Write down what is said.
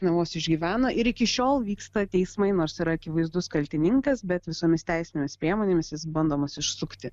na vos išgyvena ir iki šiol vyksta teismai nors ir akivaizdus kaltininkas bet visomis teisinėmis priemonėmis jis bandomas išsukti